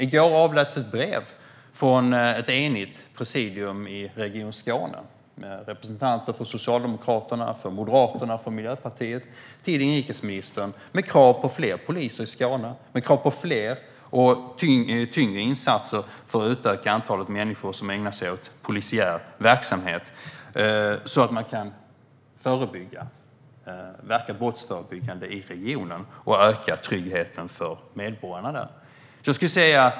I går avläts ett brev från ett enigt presidium i Region Skåne med representanter för Socialdemokraterna, Moderaterna och Miljöpartiet till inrikesministern med krav på fler poliser i Skåne och fler och tyngre insatser för att utöka antalet människor som ägnar sig åt polisiär verksamhet, så att man kan verka brottsförebyggande i regionen och öka tryggheten för medborgarna där.